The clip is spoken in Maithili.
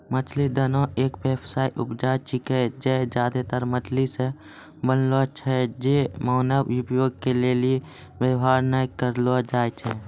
मछली दाना एक व्यावसायिक उपजा छिकै जे ज्यादातर मछली से बनलो छै जे मानव उपभोग के लेली वेवहार नै करलो जाय छै